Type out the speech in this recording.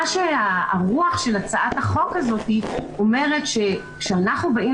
הרוח של הצעת החוק הזאת אומרת שכשאנחנו באים